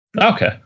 Okay